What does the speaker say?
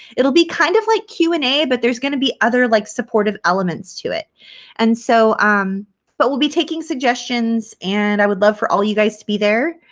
it'll be kind of like q and a but there's going to be other like supportive elements to it and so um but we'll be taking suggestions and i would love for all you guys to be there.